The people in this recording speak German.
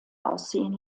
aussehen